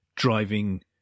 driving